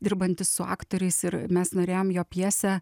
dirbantis su aktoriais ir mes norėjom jo pjesę